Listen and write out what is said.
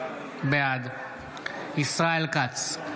בעד ישראל כץ,